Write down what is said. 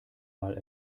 mal